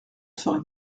serais